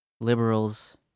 Liberals